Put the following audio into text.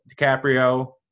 DiCaprio